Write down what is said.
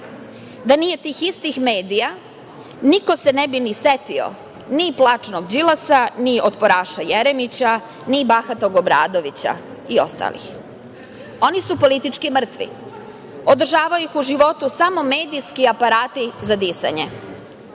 Da nije tih istih medija niko se ne bi ni setio ni plačnog Đilasa, ni otporaša Jeremića, ni bahatog Obradovića i ostalih. Oni su politički mrtvi. Održava ih u životu samo medijski aparat za disanje